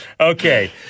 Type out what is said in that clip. Okay